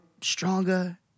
stronger